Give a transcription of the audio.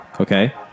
Okay